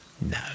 no